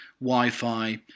Wi-Fi